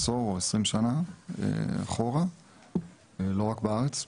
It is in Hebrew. או 20 שנה; לא רק בארץ,